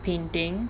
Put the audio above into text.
painting